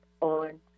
on